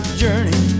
journey